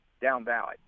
down-ballot